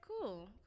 cool